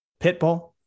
Pitbull